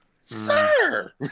sir